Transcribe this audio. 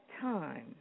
time